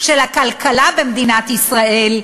של הכלכלה במדינת ישראל,